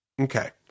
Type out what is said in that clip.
Okay